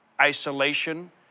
isolation